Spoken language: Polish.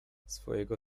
swojego